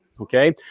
Okay